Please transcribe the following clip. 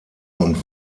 und